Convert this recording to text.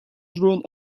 drawn